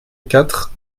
quatre